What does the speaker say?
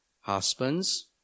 Husbands